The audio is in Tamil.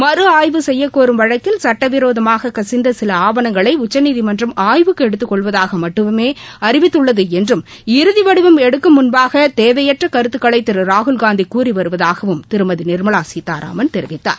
மறு ஆய்வு செய்யக்கோரும் வழக்கில் சட்டவிரோதமாக கசிந்த சில ஆவணங்களை உச்சநீதிமன்றம் ஆய்வுக்கு எடுத்துக்கொள்வதாக மட்டுமே அறிவித்துள்ளது என்றும் இறுதிவடிவம் எடுக்கும் முன்பாக தேவையற்ற கருத்துக்களை திரு ராகுல்காந்தி கூறி வருவதாகவும் திருமதி நிர்மலா சீத்தாராமன் தெரிவித்தார்